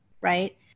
right